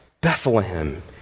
Bethlehem